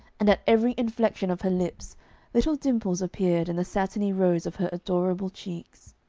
and at every inflection of her lips little dimples appeared in the satiny rose of her adorable cheeks.